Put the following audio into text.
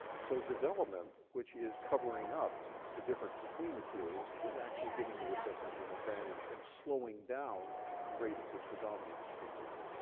so development, which is covering up the difference between the two, is actually giving the recessives an advantage and slowing down the rate at which the dominant can take over.